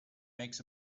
makes